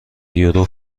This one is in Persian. یورو